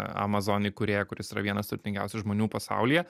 amazon įkūrėją kuris yra vienas turtingiausių žmonių pasaulyje